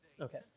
Okay